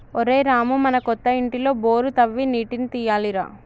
ఒరేయ్ రామూ మన కొత్త ఇంటిలో బోరు తవ్వి నీటిని తీయాలి రా